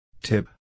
Tip